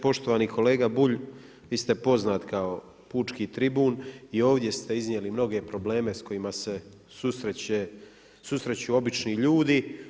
Poštovani kolega Bulj, vi ste poznat kao pučki tribun i ovdje ste iznijeli mnoge probleme s kojima se susreću obični ljudi.